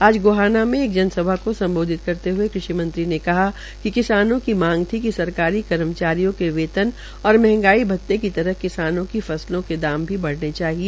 आज गोहाना में एक जनसभा को सम्बोधित करतेहए कृषि मंत्री कहा कि किसानों की मांग थी कि सरकारी कर्मचारियों के वेतन और मंहगाई भत्ते की तरह किसानों की फसलों के दामों भी बढ़ने चाहिए